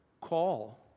call